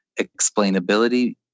explainability